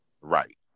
Right